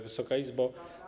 Wysoka Izbo!